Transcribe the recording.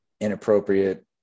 inappropriate